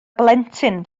blentyn